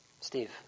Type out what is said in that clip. steve